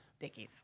Dickies